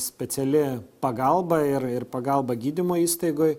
speciali pagalba ir ir pagalba gydymo įstaigoj